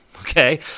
Okay